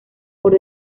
por